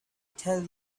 tell